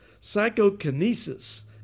psychokinesis